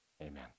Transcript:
Amen